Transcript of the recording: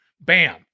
Bam